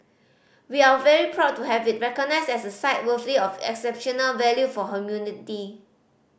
we are very proud to have it recognised as a site worthy of exceptional value for humanity